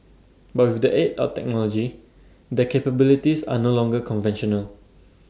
but with the aid of technology their capabilities are no longer conventional